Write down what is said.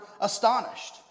astonished